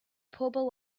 bobl